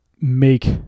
make